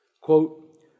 quote